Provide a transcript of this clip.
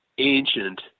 ancient